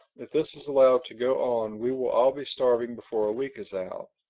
if this is allowed to go on we will all be starving before a week is out.